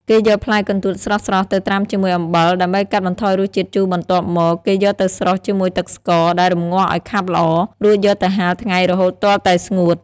គេយកផ្លែកន្ទួតស្រស់ៗទៅត្រាំជាមួយអំបិល ដើម្បីកាត់បន្ថយរសជាតិជូរបន្ទាប់មក គេយកទៅស្រុះជាមួយទឹកស្ករដែលរំងាស់ឲ្យខាប់ល្អ រួចយកទៅហាលថ្ងៃរហូតទាល់តែស្ងួត។